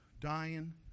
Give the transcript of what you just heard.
dying